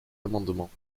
amendement